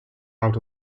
out